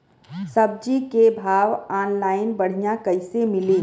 सब्जी के भाव ऑनलाइन बढ़ियां कइसे मिली?